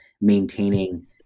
maintaining